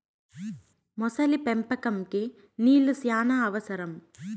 మొసలి పెంపకంకి నీళ్లు శ్యానా అవసరం